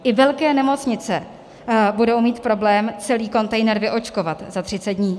I velké nemocnice budou mít problém celý kontejner vyočkovat za třicet dní.